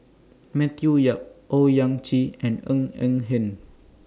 Matthew Yap Owyang Chi and Ng Eng Hen